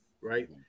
right